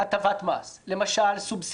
הטבת מס או סובסידיה.